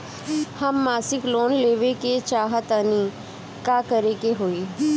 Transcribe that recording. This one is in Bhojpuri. हम मासिक लोन लेवे के चाह तानि का करे के होई?